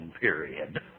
period